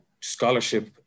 scholarship